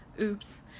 Oops